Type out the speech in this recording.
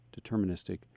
deterministic